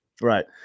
Right